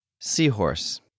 Seahorse